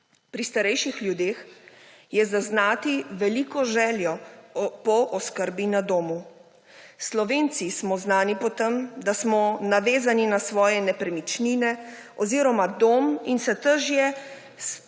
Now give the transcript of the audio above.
Pri starejših ljudeh je zaznati veliko željo po oskrbi na domu. Slovenci smo znani po tem, da smo navezani na svoje nepremičnine oziroma dom in se težje